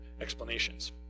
explanations